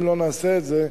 אם לא נעשה את זה,